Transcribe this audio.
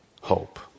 hope